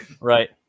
Right